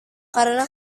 karena